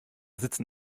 sitzen